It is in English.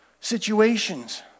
situations